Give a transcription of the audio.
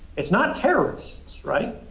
it's not terrorists, right?